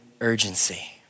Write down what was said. urgency